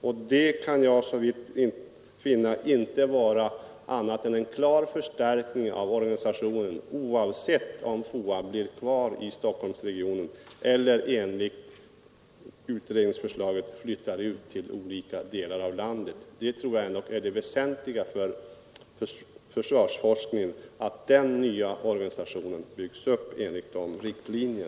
Såvitt jag kan finna innebär det en klar förstärkning av organisationen, vare sig FOA blir kvar i Stockholmsregionen eller, enligt utredningsförslaget, flyttar ut till olika delar av landet. Det väsentliga för försvarsforskningen enligt min uppfattning är ändå att den nya organisationen byggs upp enligt dessa riktlinjer.